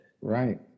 Right